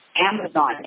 Amazon